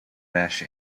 mesh